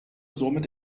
somit